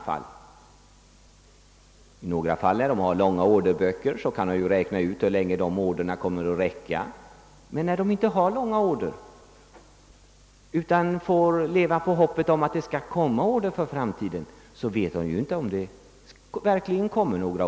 I några fall där det finns stora orderstockar kan man räkna ut hur länge arbetet med beställningarna kommer att räcka, men i de fall då det inte finns sådana stora orderstockar utan man får leva på hoppet att det skall komma in order framdeles, vet ju vederbörande ingenting om framtiden.